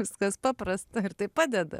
viskas paprasta ir tai padeda